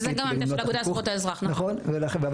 שזה גם העמדה של האגודה לזכויות האזרח, נכון.